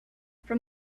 from